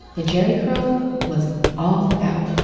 the jheri curl was all about